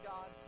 God